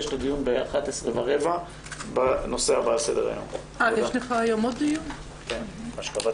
הישיבה ננעלה בשעה 11:00.